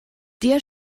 dir